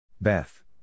Beth